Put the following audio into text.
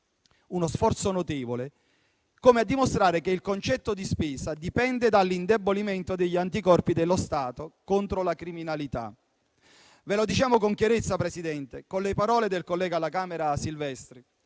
uno sforzo notevole, come a dimostrare che il concetto di spesa dipende dall'indebolimento degli anticorpi dello Stato contro la criminalità. Lo diciamo con chiarezza, signor Presidente, con le parole del collega Silvestri